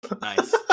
Nice